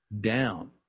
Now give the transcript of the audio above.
down